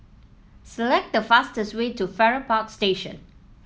select the fastest way to Farrer Park Station